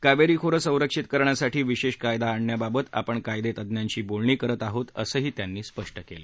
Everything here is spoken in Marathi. कावेरी खोरं संरक्षीत करण्यासाठी विशेष कायदा आणण्यावाबत आपण कायदेतज्ञांशी बोलणी करत आहोत असंही त्यांनी स्पष्ट केलं